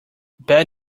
bad